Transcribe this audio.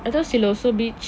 I thought silo so beach